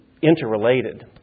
interrelated